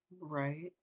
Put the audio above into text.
right